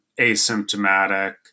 asymptomatic